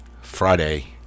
Friday